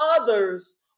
others